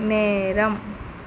நேரம்